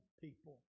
people